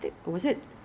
there's a period of time